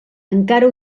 encara